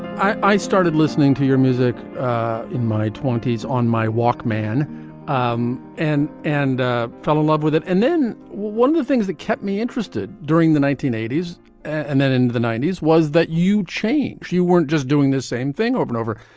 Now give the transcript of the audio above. i started listening to your music in my twenty s on my walkman um and and ah fell in love with it and then one of the things that kept me interested during the nineteen eighty s and then in the the ninety s was that you change. you weren't just doing the same thing over and over.